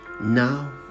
now